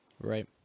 right